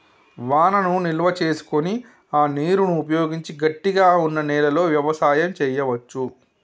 వానను నిల్వ చేసుకొని ఆ నీరును ఉపయోగించి గట్టిగ వున్నా నెలలో వ్యవసాయం చెయ్యవచు